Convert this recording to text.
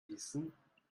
gießen